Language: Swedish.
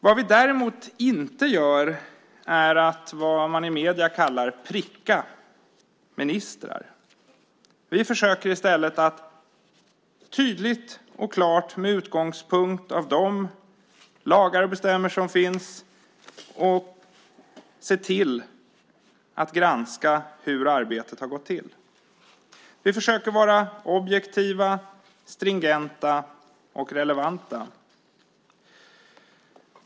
Vad vi däremot inte gör är vad man i medierna kallar att pricka ministrar. Vi försöker i stället att tydligt och klart med utgångspunkt i de lagar och bestämmelser som finns se till att granska hur arbetet har gått till. Vi försöker vara objektiva, stringenta och relevanta.